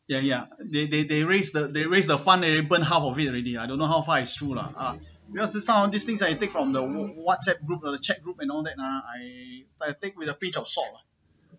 ya ya they they they raised the they raise the fund and then burnt half of it already I don't know how high is true lah ah because just now ah all these things ah you take from the wh~ whatsapp group ah chat group and all that I I take with a pinch of salt lah